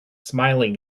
smiling